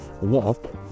walk